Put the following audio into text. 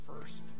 first